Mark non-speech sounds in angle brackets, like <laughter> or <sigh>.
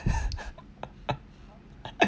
<laughs>